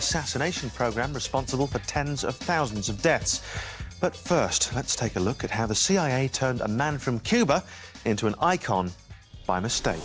assassination program responsible for tens of thousands of deaths but first let's take a look at how the cia turned a man from cuba into an icon by mistake